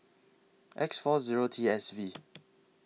X four Zero T S V